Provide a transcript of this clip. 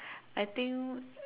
I think